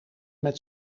met